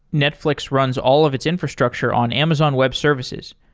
netflix runs all of its infrastructure on amazon web services.